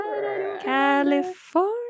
California